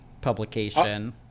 publication